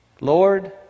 Lord